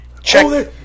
Check